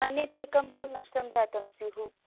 अन्यदेकंतु नष्टं जातं स्युः